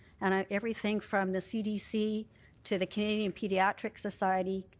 and everything from the cdc to the canadian pediatric society,